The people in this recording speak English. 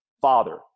father